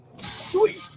Sweet